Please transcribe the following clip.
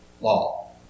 law